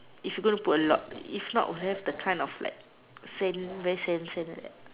if you gonna put a lot if not will have that like sand very like sand sand like that